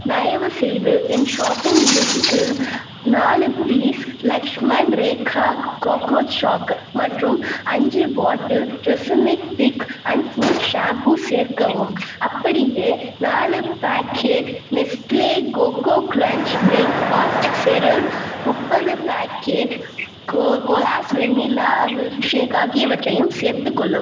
தயவுசெய்து என் ஷாப்பிங் லிஸ்டில் நாலு piece Lakshman Rekha cockroach chalk மற்றும் அஞ்சு bottle Tresemme thick and full shampoo சேர்க்கவும் அப்படியே நாலு packet Nestle coco crunch breakfast cereal முப்பது பேக்கெட் கொலாஸ் வெனிலா மில்க்ஷேக் ஆகியவற்றையும் சேர்த்துக்கொள்ளவும்